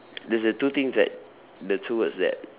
there's a two things that the two words that